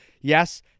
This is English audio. Yes